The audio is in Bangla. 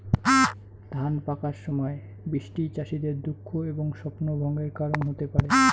ধান পাকার সময় বৃষ্টি চাষীদের দুঃখ এবং স্বপ্নভঙ্গের কারণ হতে পারে